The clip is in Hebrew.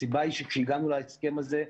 הסיבה היא שכשהגענו ל הסכם הזה,